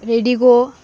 Redigo